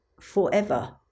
forever